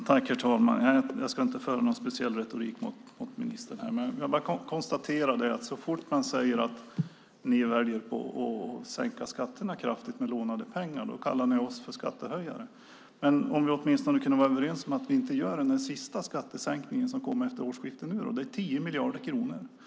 Herr talman! Jag ska inte föra fram någon speciell retorik till ministern. Men jag konstaterar att så fort vi säger att ni väljer att sänka skatterna kraftigt med lånade pengar kallar ni oss för skattehöjare. Tänk om vi åtminstone kunde vara överens om att den sista skattesänkningen som ska ske efter årsskiftet inte genomförs. Det är 10 miljarder kronor. Herr talman!